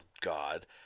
God